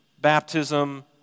baptism